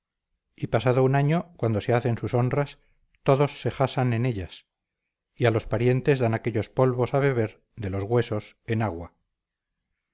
y pasado un año cuando se hacen sus honras todos se jasan en ellas y a los parientes dan aquellos polvos a beber de los huesos en agua